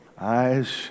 Eyes